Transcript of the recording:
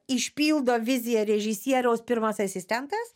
išpildo viziją režisieriaus pirmas asistentas